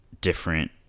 different